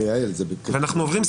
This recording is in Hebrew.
אנחנו עוברים כרגע